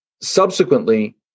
subsequently